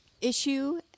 issue